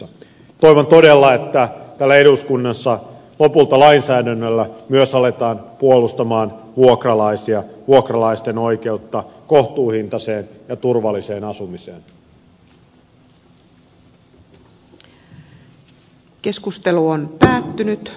toivon todella että täällä eduskunnassa lopulta lainsäädännöllä myös aletaan puolustaa vuokralaisia vuokralaisten oikeutta kohtuuhintaiseen ja turvalliseen asumiseen